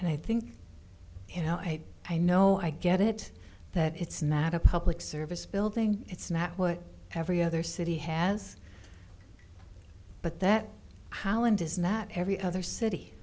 and i think you know i i know i get it that it's not a public service building it's not what every other city has but that howland is not every other city